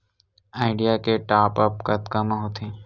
Idea के top up कतका म होथे?